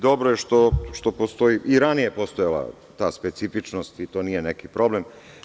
Dobro je što postoji, i ranije je postojala ta specifičnost i to nije neki problem.